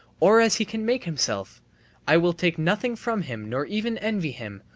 or as he can make himself i will take nothing from him nor even envy him,